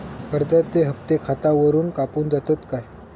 कर्जाचे हप्ते खातावरून कापून जातत काय?